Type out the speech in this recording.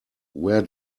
where